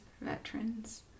veterans